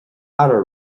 fhearadh